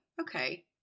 okay